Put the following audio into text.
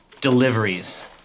deliveries